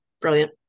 brilliant